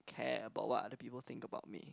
care about what other people think about me